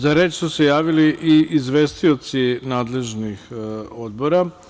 Za reč su se javili i izvestioci nadležnih odbora.